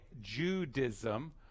Judaism